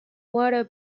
water